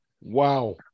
Wow